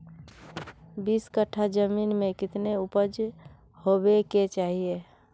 बीस कट्ठा जमीन में कितने उपज होबे के चाहिए?